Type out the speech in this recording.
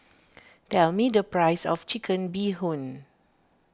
tell me the price of Chicken Bee Hoon